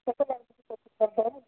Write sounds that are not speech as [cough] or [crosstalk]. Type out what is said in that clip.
କେତେ [unintelligible]